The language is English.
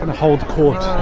hold court.